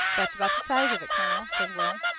that's about the size of it, colonel, says will.